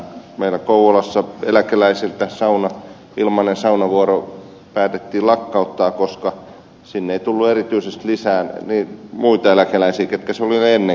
meillä kouvolassa eläkeläisiltä ilmainen saunavuoro päätettiin lakkauttaa koska sinne ei tullut erityisesti lisää muita eläkeläisiä vain ne ketkä siellä olivat ennenkin käyneet